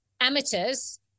amateurs